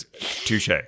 Touche